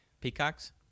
Peacocks